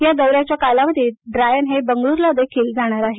या दौरा कालावधीत ड्रायन हे बंगळूरला देखील जाणार आहेत